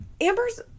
Amber's